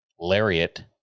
lariat